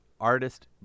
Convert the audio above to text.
artist